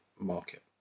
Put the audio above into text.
market